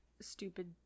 stupid